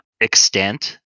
extent